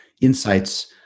insights